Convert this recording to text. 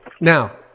now